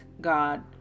God